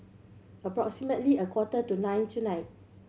approximately a quarter to nine tonight